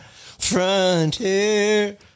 Frontier